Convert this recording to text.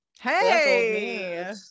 Hey